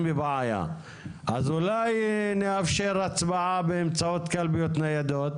בבעיה אז אולי נאפשר הצבעה באמצעות קלפיות ניידות?